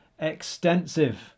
extensive